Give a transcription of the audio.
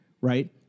right